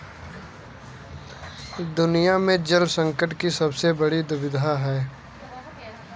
दुनिया में जल संकट का सबसे बड़ी दुविधा है